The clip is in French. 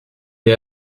est